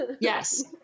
Yes